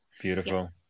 Beautiful